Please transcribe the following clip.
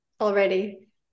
already